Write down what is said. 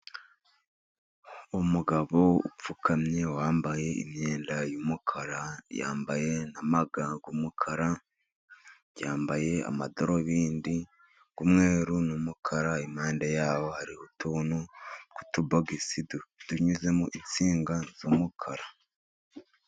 Umugabo upfukamye wambaye imyenda y'umukara, yambaye n'amaga y'umukara, yambaye amadarubindi y'umweru n'umukara, impande ya ho hariho utuntu tw'utubogisi tunyuzemo insinga z'umukara.